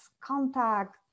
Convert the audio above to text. contact